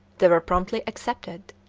they were promptly accepted,